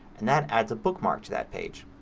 and that adds a bookmark to that page.